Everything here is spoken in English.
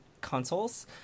consoles